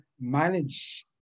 manage